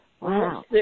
Wow